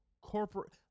corporate